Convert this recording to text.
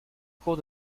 cours